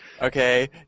okay